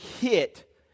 hit